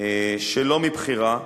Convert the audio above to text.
שלא מבחירה,